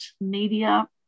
Media